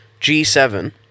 G7